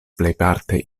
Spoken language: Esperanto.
plejparte